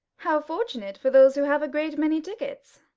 how fortunate for those who have a great many tickets!